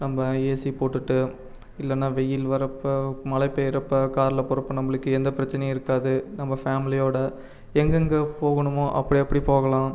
நம்ப ஏசி போட்டுவிட்டு இல்லைன்னா வெயில் வரப்போ மழை பெய்யிறப்போ காரில் போறப்போ நம்பளுக்கு எந்த பிரச்சனையும் இருக்காது நம்ப ஃபேம்லியோட எங்கெங்க போகணுமோ அப்படி அப்படி போகலாம்